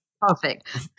perfect